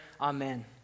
Amen